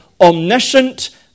omniscient